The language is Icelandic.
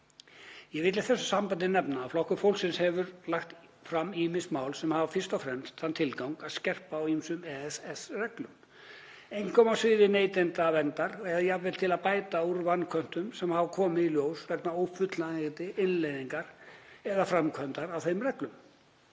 Ég vil í þessu sambandi nefna að Flokkur fólksins hefur lagt fram ýmis mál sem hafa fyrst og fremst þann tilgang að skerpa á ýmsum EES-reglum, einkum á sviði neytendaverndar eða jafnvel til að bæta úr vanköntum sem hafa komið í ljós vegna ófullnægjandi innleiðingar eða framkvæmdar á þeim reglum.